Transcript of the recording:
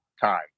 time